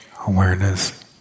awareness